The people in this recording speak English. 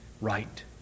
right